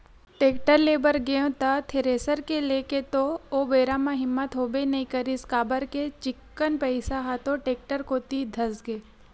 tractor ले बर गेंव त थेरेसर के लेय के तो ओ बेरा म हिम्मत होबे नइ करिस काबर के चिक्कन पइसा ह तो टेक्टर कोती धसगे